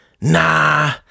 nah